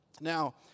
Now